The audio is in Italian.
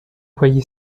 quegli